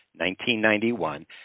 1991